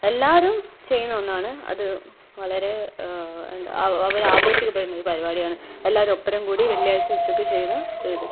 എല്ലാവരും ചെയ്യുന്ന ഒന്നാണ് അത് വളരെ എന്താ അവർ അവരാഘോഷിക്കപ്പെടുന്ന പരിപാടിയാണ് എല്ലാവരും ഒപ്പരം കൂടി വെള്ളിയാഴ്ച ഉച്ചയ്ക്ക് ചെയ്യുന്ന ഒരിത്